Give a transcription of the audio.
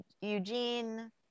Eugene